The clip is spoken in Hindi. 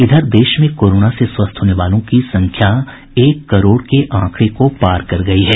इधर देश में कोरोना से स्वस्थ होने वालों की संख्या एक करोड़ के आंकड़े को पार कर गई है